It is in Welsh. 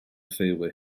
theulu